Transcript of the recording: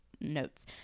notes